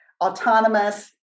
autonomous